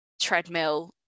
treadmill